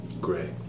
Great